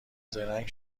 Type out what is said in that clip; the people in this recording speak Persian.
زرنگ